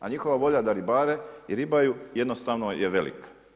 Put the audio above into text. A njihova volja da ribare i ribaju jednostavno je velika.